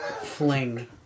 fling